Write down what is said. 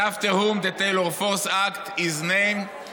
and after whom the Taylor Force Act is named.